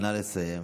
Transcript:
נא לסיים.